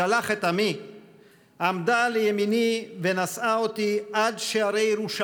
העשרים-ואחת מיום תקומת עַם ישראל בארץ ישראל,